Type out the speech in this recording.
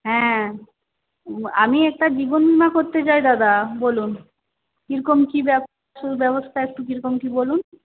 হ্যাঁ আমি একটা জীবনবিমা করতে চাই দাদা বলুন কীরকম কি ব্যা ব্যবস্থা একটু কীরকম কী বলুন